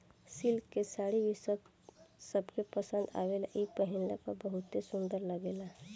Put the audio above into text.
silk के साड़ी भी सबके पसंद आवेला इ पहिनला पर बहुत सुंदर लागेला